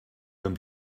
ben